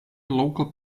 local